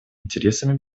интересами